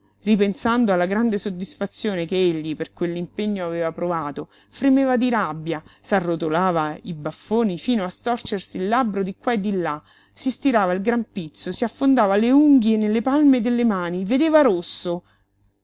ripensando alla grande soddisfazione che egli per quell'impegno aveva provato fremeva di rabbia s'arrotolava i baffoni fino a storcersi il labbro di qua e di là si stirava il gran pizzo si affondava le unghie nelle palme delle mani vedeva rosso